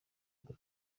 mbere